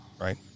right